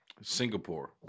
Singapore